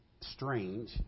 strange